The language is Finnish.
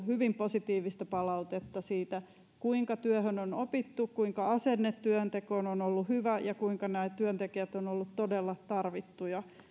hyvin positiivista palautetta siitä kuinka työhön on opittu kuinka asenne työntekoon on ollut hyvä ja kuinka nämä työntekijät ovat olleet todella tarvittuja